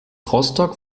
rostock